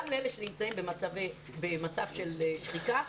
גם לאלה שנמצאים במצב של שחיקה.